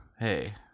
hey